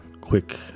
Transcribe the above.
quick